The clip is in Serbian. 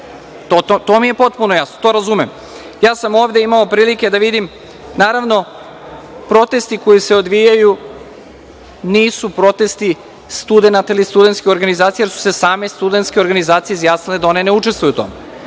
To mi je potpuno jasno. To razumem. Ovde sam imao prilike da vidim da protesti koji se odvijaju nisu protesti studenata ili studentskih organizacija, jer su se same studentske organizacije izjasnile da one ne učestvuju u tome.